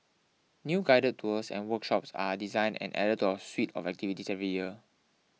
new guided tours and workshops are designed and added to our suite of activity every year